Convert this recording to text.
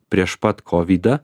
prieš pat kovidą